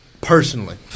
Personally